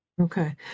Okay